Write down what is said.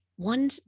One